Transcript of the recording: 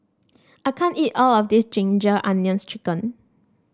I can't eat all of this Ginger Onions chicken